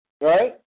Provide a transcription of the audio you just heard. Right